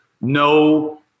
no